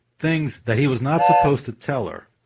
things that he was not supposed to tell her.